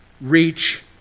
reach